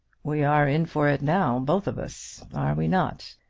we are in for it now, both of us are we not?